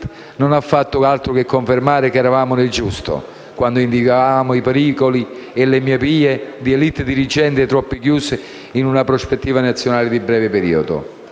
non ha fatto altro che confermare che eravamo nel giusto quando indicavamo i pericoli e le miopie di *élite* dirigenti troppo chiuse in una prospettiva nazionale di breve periodo.